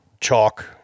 chalk